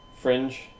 Fringe